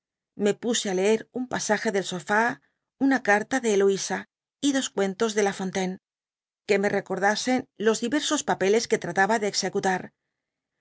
me puse á leer un pasage del sofá un carta de heloisa y dos cuentois de lafontaine que me recordasqi los diversos papeles que trataba de